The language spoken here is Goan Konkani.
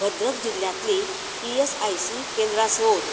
भद्रक जिल्ल्यांतलीं ईएसआयसी केंद्रां सोद